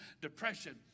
depression